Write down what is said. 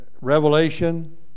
Revelation